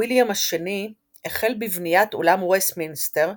ויליאם השני החל בבניית אולם וסטמינסטר,